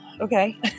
okay